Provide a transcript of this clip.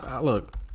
Look